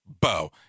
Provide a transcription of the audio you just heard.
Bow